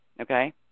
Okay